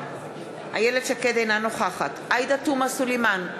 אינה נוכחת עאידה תומא סלימאן,